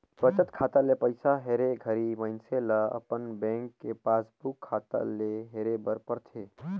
बचत खाता ले पइसा हेरे घरी मइनसे ल अपन बेंक के पासबुक खाता ले हेरे बर परथे